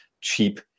cheap